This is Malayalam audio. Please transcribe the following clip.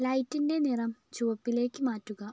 ലൈറ്റിൻ്റെ നിറം ചുവപ്പിലേക്ക് മാറ്റുക